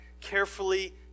carefully